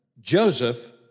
Joseph